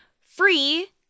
free